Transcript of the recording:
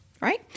right